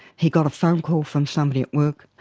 he got a phone call from somebody at work,